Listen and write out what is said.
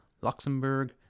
Luxembourg